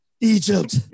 Egypt